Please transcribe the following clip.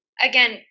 again